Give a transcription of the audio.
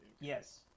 Yes